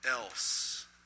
else